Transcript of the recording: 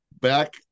back